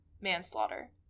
manslaughter